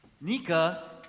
Nika